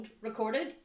recorded